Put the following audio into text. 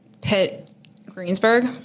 Pitt-Greensburg